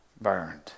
burned